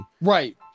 Right